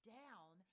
down